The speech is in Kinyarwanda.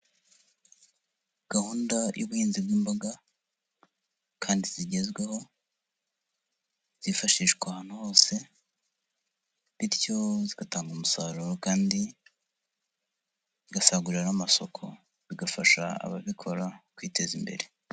Gahunda y'ubuhinzi bw'imboga kandi zigezweho, zifashishwa ahantu hose bityo zigatanga umusaruro kandi zigasagurira n'amasoko bigafasha ababikora kwiteza imbere.